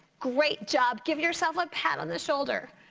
great job, give yourself a pat on the shoulder.